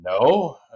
no